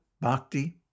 Bhakti